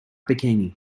bikini